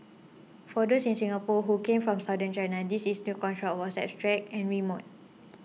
for those in Singapore who came from Southern China this is new construct was abstract and remote